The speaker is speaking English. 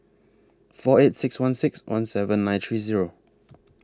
four eight six one six one seven nine three Zero